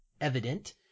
evident